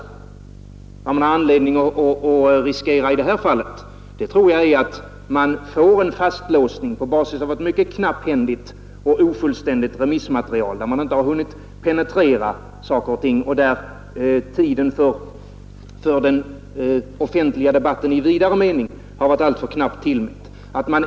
Något som man har anledning att befara i det här fallet är en av stort lokalt eller regionalt intresse fastlåsning på basis av ett mycket knapphändigt och ofullständigt remissmaterial, när man inte har hunnit penetrera saker och ting. Tiden för den offentliga debatten i vidare mening har varit alltför knappt tillmätt.